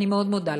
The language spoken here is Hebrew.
אני מאוד מודה לך.